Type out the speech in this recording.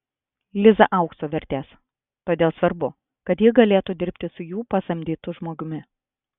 liza aukso vertės todėl svarbu kad ji galėtų dirbti su jų pasamdytu žmogumi